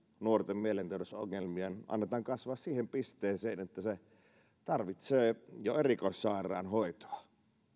nuorten mielenterveysongelmien annetaan kasvaa siihen pisteeseen että he tarvitsevat jo erikoissairaanhoitoa